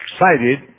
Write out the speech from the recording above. excited